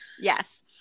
yes